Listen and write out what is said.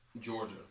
Georgia